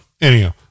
anyhow